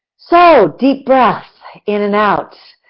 so, deep breath, in and out.